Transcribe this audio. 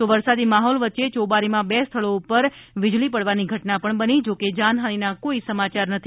તો વરસાદી માહોલ વચ્ચે ચોબારીમાં બે સ્થળો પર વિજળી પડવાની ધટના પણ બની હતી જો કે જાનહાનિના કોઈ સમાચાર નથી